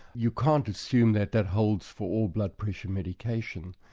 you can't assume that that holds for all blood pressure medication,